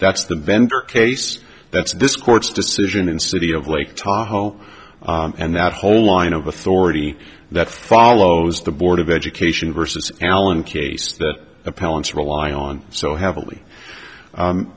that's the vendor case that's this court's decision in city of lake tahoe and that whole line of authority that follows the board of education versus allen case that appellant's rely on so heavily